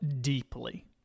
deeply